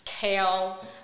kale